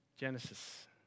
Genesis